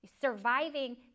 Surviving